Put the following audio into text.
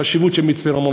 החשיבות של מצפה-רמון,